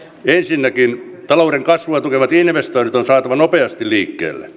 ensinnäkin talouden kasvua tukevat investoinnit on saatava nopeasti liikkeelle